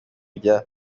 rya